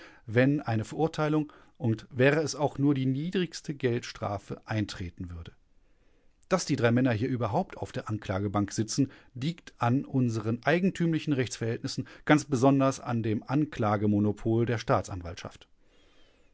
wenn eine verurteilung und wäre es auch nur die niedrigste geldstrafe eintreten würde daß die drei männer hier überhaupt auf der anklagebank sitzen liegt an unseren eigentümlichen rechtsverhältnissen ganz besonders an dem anklagemonopol der staatsanwaltschaft